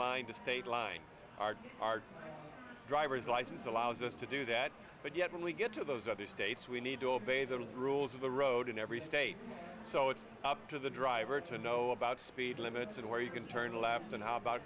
line to state line are our driver's license allows us to do that but yet when we get to those other states we need to obey the rules of the road in every state so it's up to the driver to know about speed limits and where you can turn left and how about